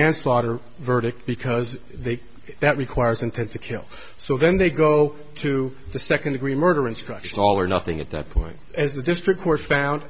manslaughter verdict because they that requires intent to kill so then they go to the second degree murder instruction all or nothing at that point as the district court found